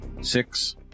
Six